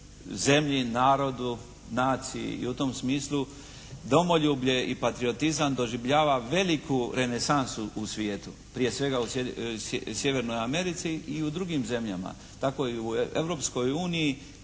narodu, naciji i u tom smislu domoljublje i patriotizam doživljava veliku renesansu u svijetu, prije svega u Sjevernoj Americi i u drugim zemljama, tako i u Europskoj uniji